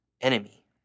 enemy